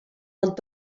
ond